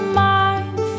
mind